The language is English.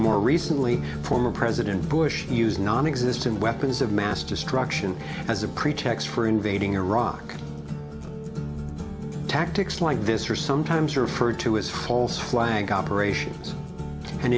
more recently former president bush use non existent weapons of mass destruction as a pretext for invading iraq tactics like this are sometimes referred to as false flag operations an